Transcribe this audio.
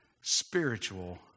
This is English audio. spiritual